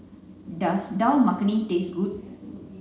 does Dal Makhani taste good